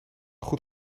goed